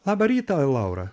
labą rytą laura